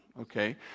okay